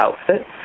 outfit